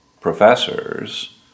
professors